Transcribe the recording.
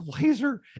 laser